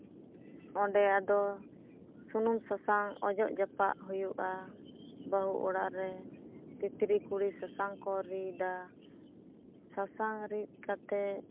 ᱚᱸᱰᱮ ᱟᱫᱚ ᱥᱩᱱᱩᱢ ᱥᱟᱥᱟᱝ ᱚᱡᱚᱜ ᱡᱟᱯᱟᱜ ᱦᱩᱭᱩᱜᱼᱟ ᱵᱟᱹᱦᱩ ᱚᱲᱟᱜ ᱨᱮ ᱛᱤᱛᱨᱤ ᱠᱩᱲᱤ ᱥᱟᱥᱟᱝ ᱠᱚ ᱨᱤᱫᱟ ᱥᱟᱥᱟᱝ ᱨᱤᱫ ᱠᱟᱛᱮ